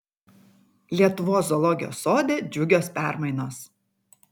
lietuvos zoologijos sode džiugios permainos